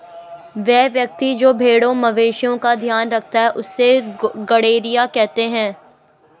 वह व्यक्ति जो भेड़ों मवेशिओं का ध्यान रखता है उससे गरेड़िया कहते हैं